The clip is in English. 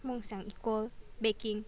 梦想 equal making